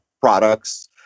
products